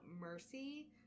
mercy